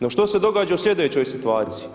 No, što se događa u slijedećoj situaciji?